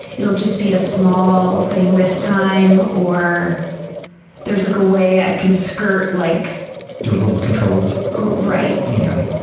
it'll just be a small thing this time or there's like a way i can skirt like paul do a little controlled right. you know